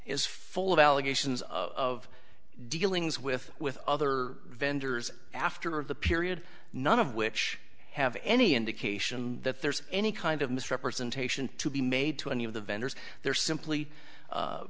is full of allegations of dealings with with other vendors after of the period none of which have any indication that there's any kind of misrepresentation to be made to any of the vendors they're simply